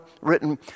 written